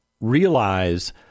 realize